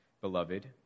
beloved